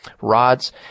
rods